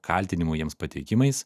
kaltinimų jiems pateikimais